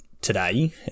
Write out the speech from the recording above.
Today